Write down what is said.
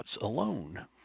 alone